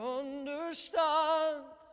understand